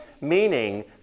meaning